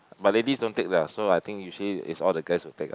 but ladies don't take lah so I think usually is all the guys will take lah